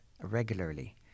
regularly